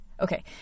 Okay